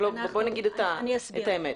בוא נגיד את האמת.